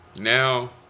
Now